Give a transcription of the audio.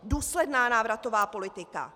Důsledná návratová politika.